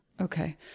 Okay